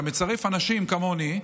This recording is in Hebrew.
אתה מצרף אנשים כמוני,